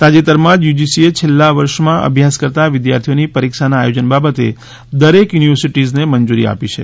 તાજેતરમાં જ યુજીસીએ છેલ્લા વર્ષમાં અભ્યાસ કરતા વિદ્યાર્થીઓની પરીક્ષાના આયોજન બાબતે દરેક યુનિવર્સિટીઝને મંજૂરી આપી છે